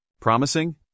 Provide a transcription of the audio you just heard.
Promising